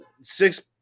six